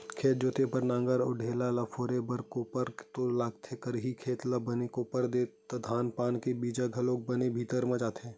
खेत जोते बर नांगर अउ ढ़ेला ल फोरे बर कोपर तो लागबे करही, खेत ल बने कोपर देबे त धान पान के बीजा ह घलोक बने भीतरी म जाथे